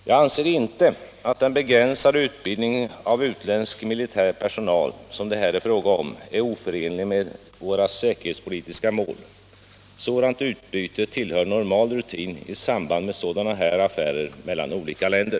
Jag anser inte att den begränsade utbildning av utländsk militär personal som det här är fråga om är oförenlig med våra säkerhetspolitiska mål. Sådant utbyte tillhör normal rutin i samband med sådana här affärer mellan olika länder.